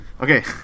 Okay